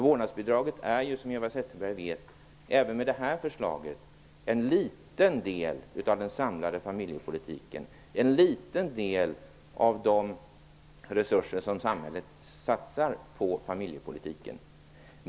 Vårdnadsbidraget är -- som Eva Zetterberg vet -- även med det här förslaget en liten del av den samlade familjepolitiken, en liten del av de resurser som samhället satsar på familjepolitiken.